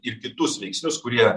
ir kitus veiksnius kurie